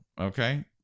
Okay